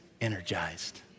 Energized